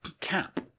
cap